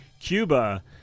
Cuba